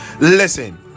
Listen